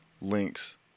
links